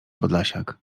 podlasiak